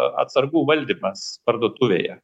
atsargų valdymas parduotuvėje